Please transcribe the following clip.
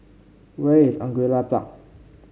where is Angullia Park